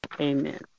amen